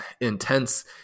intense